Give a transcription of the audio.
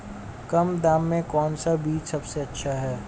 कम दाम में कौन सा बीज सबसे अच्छा है?